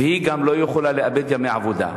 והיא גם לא יכולה לאבד ימי עבודה?